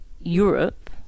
Europe